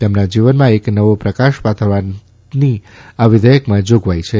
તેમના જીવનમાં એક નવો પ્રકાશ પાથરવાની આ વિઘેયકમાં જોગવાઇ છે